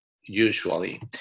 usually